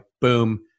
boom